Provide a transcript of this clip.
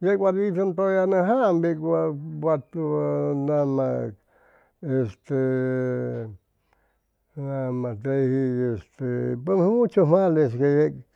yeg wat witʉm tʉya anʉjaam yag wat wat nama este nama teji este pues muchos males que yeg